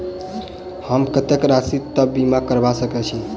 हम कत्तेक राशि तकक बीमा करबा सकै छी?